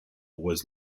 was